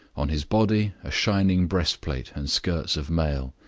on his body a shining breastplate and skirts of mail.